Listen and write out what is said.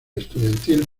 estudiantil